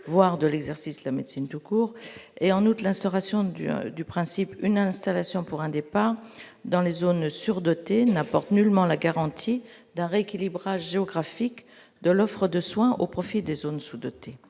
voire de l'exercice, la médecine tout court et en août l'instauration du du principe une installation pour un départ dans les zones surdotées n'apportent nullement la garantie d'un rééquilibrage géographique. De l'offre de soins au profit des zones sous-dotées,